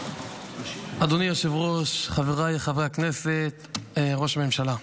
אדוני היושב-ראש, חבריי חברי הכנסת, ראש הממשלה,